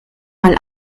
mal